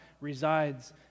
resides